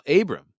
Abram